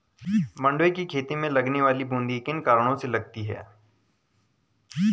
मंडुवे की खेती में लगने वाली बूंदी किन कारणों से लगती है?